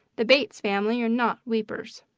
the bates family are not weepers.